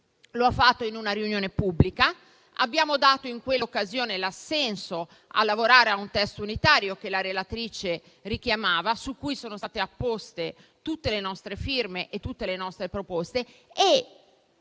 lo ha fatto in una riunione pubblica; abbiamo dato in quell'occasione l'assenso a lavorare a un testo unitario che la relatrice richiamava, su cui sono state apposte tutte le nostre firme e tutte le nostre proposte.